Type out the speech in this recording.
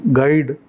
guide